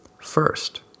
First